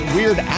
Weird